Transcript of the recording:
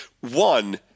One